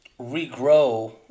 regrow